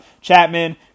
Chapman